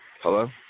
Hello